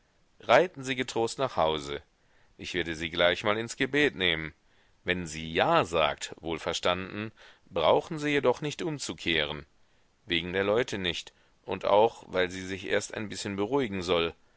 reiten sie getrost nach hause ich werde sie gleich mal ins gebet nehmen wenn sie ja sagt wohlverstanden brauchen sie jedoch nicht umzukehren wegen der leute nicht und auch weil sie sich erst ein bißchen beruhigen soll